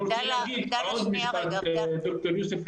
אני רוצה להגיד לך עוד משפט ד"ר יוסף,